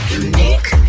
unique